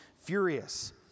furious